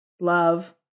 love